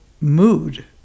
mood